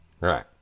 right